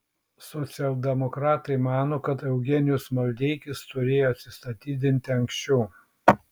socialdemokratai mano kad eugenijus maldeikis turėjo atsistatydinti anksčiau